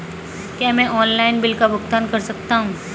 क्या मैं online bill का भुगतान कर सकता हूँ?